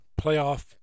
playoff